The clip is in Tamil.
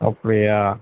அப்படியா